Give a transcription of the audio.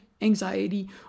anxiety